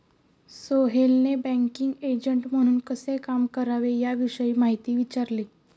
सोहेलने banking agent म्हणून कसे काम करावे याविषयी माहिती विचारली